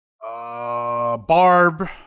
barb